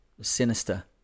sinister